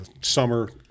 summer